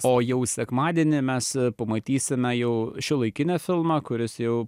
o jau sekmadienį mes pamatysime jau šiuolaikinį filmą kuris jau